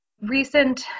recent